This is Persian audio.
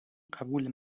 قبول